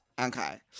okay